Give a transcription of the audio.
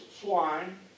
swine